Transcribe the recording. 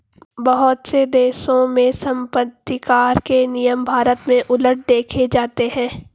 बहुत से देशों में सम्पत्तिकर के नियम भारत से उलट देखे जाते हैं